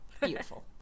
beautiful